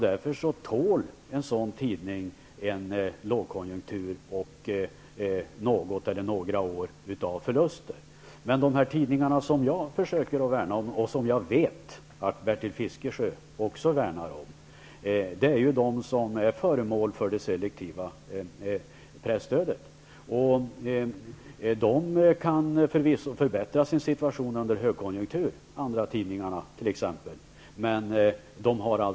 Därför tål en sådan tidning en lågkonjunktur och något eller några år av förluster. Men de tidningar jag försöker värna om, och som jag vet att Bertil Fiskesjö också värnar om, är de som är föremål för selektivt presstöd. De kan förvisso förbättra sin situation under högkonjunktur. Det gäller t.ex. andratidningarna.